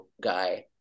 guy